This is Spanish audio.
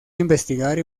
investigar